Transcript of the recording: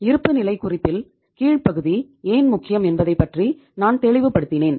இருப்புநிலை குறிப்பில் கீழ்ப்பகுதி ஏன் முக்கியம் என்பதை பற்றி நான் தெளிவு படுத்தினேன்